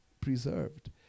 preserved